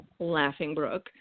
Laughingbrook